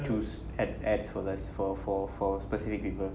choose an ads for less for for for specific people